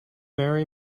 marry